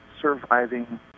surviving